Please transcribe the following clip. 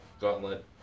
Gauntlet